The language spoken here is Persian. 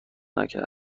نکرده